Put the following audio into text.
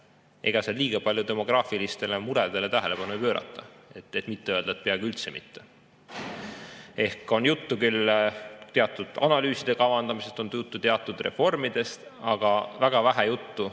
ega seal liiga palju demograafilistele muredele tähelepanu ei pöörata, et mitte öelda, et peaaegu üldse mitte. On juttu küll teatud analüüside kavandamisest, on juttu teatud reformidest, aga väga vähe juttu